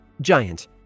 giant